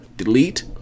delete